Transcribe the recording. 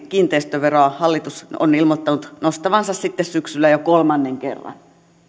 kiinteistöveroa hallitus on ilmoittanut nostavansa sitten syksyllä jo kolmannen kerran